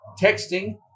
texting